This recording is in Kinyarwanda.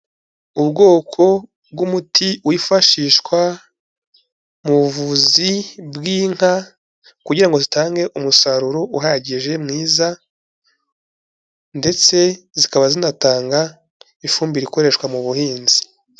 Ubwoko bw'umuti wifashishwa mu buvuzi bw'inka kugira ngo zitange umusaruro uhagije mwiza, ndetse zikaba zinatanga ifumbire ikoreshwa mu buhinzi.